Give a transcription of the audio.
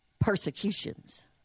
persecutions